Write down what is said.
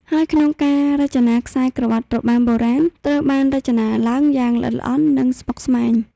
ហើយក្នុងការរចនា ខ្សែក្រវាត់របាំបុរាណត្រូវបានរចនាឡើងយ៉ាងល្អិតល្អន់ និងស្មុគស្មាញ។